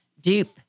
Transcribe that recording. dupe